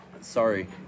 sorry